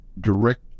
direct